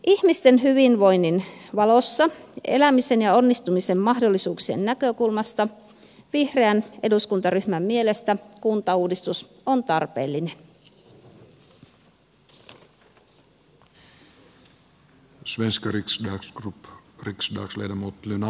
ihmisten hyvinvoinnin valossa elämisen ja onnistumisen mahdollisuuksien näkökulmasta vihreän eduskuntaryhmän mielestä kuntauudistus on tarpeellinen